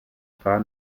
paar